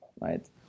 right